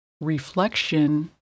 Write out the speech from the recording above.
reflection